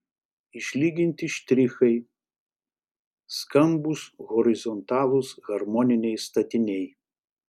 išlyginti štrichai skambūs horizontalūs harmoniniai statiniai